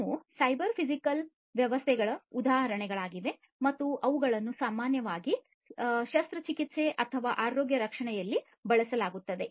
ಇವು cyber physical ವ್ಯವಸ್ಥೆಗಳ ಉದಾಹರಣೆಗಳಾಗಿವೆ ಮತ್ತು ಅವುಗಳನ್ನು ಸಾಮಾನ್ಯವಾಗಿ ಶಸ್ತ್ರಚಿಕಿತ್ಸೆ ಅಥವಾ ಆರೋಗ್ಯ ರಕ್ಷಣೆಯಲ್ಲಿ ಬಳಸಲಾಗುತ್ತದೆ